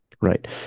Right